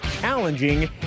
challenging